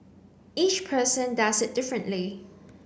each person does it differently